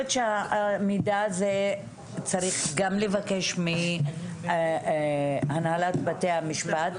חושבת שהמידע הזה צריך גם לבקש מהנהלת בתי המשפט.